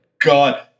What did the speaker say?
god